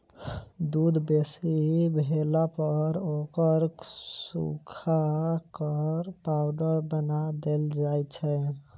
दूध बेसी भेलापर ओकरा सुखा क पाउडर बना देल जाइत छै